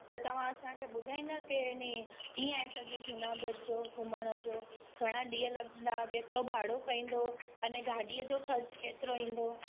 त तव्हां असांखे ॿुधाईंदा के नी कीअं आहे सॼो जुनागढ़ जो घुमण जो घणा ॾींहं लॻंदा केतिरो भाड़ो पवंदो अने गाॾीअ जो ख़र्चु केतिरो ईंदो